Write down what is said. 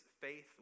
faith